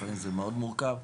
לפעמים זה מאוד מורכב.